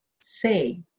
say